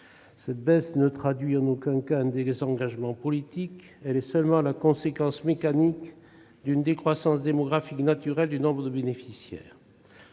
Cette baisse ne traduit aucun désengagement politique. Elle est seulement la conséquence mécanique d'une décroissance démographique naturelle du nombre de bénéficiaires.